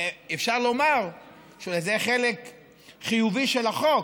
אפשר לומר שזה חלק חיובי של החוק,